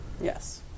Yes